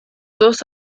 dos